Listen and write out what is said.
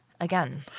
Again